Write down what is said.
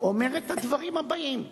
אומר את הדברים הבאים,